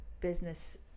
business